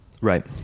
right